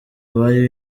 bari